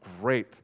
great